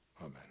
Amen